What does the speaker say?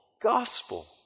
gospel